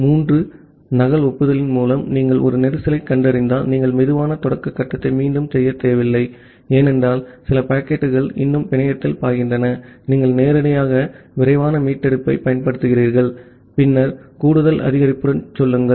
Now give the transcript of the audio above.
மூன்று நகல் ஒப்புதலின் மூலம் நீங்கள் ஒரு கஞ்சேஸ்ன் கண்டறிந்தால் நீங்கள் சுலோ ஸ்டார்ட் கட்டத்தை மீண்டும் செய்யத் தேவையில்லை ஏனென்றால் சில பாக்கெட்டுகள் இன்னும் பிணையத்தில் பாய்கின்றன நீங்கள் நேரடியாக விரைவான மீட்டெடுப்பைப் பயன்படுத்துகிறீர்கள் பின்னர் கூடுதல் அதிகரிப்புடன் செல்லுங்கள்